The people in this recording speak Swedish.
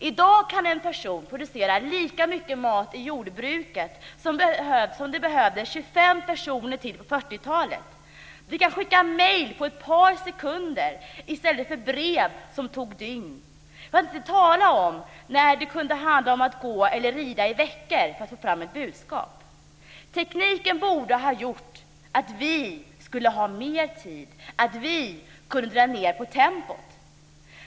I dag kan en person producera lika mycket mat i jordbruket som det behövdes 25 personer till på 1940 talet. Vi kan skicka mejl på ett par sekunder i stället för brev som tog dygn - för att inte tala om när det kunde handla om att gå eller rida i veckor för att få fram ett budskap. Tekniken borde ha gjort att vi skulle ha mer tid och att vi kunde dra ned på tempot.